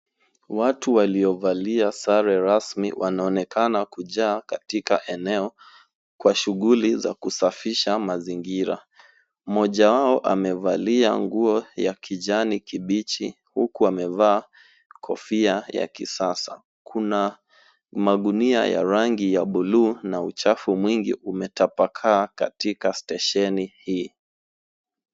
Watu waliovalia sare rasmi, wanaonekana kujaa katika eneo kwa shughuli za kusafisha mazingira. Mmoja wao amevalia nguo ya kijani kibichi, huku amevaa kofia ya kisasa. Kuna magunia ya rangi ya buluu na uchafu mwingi umetapakaa katika stesheni hii.